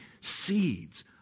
seeds